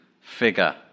figure